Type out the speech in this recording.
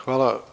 Hvala.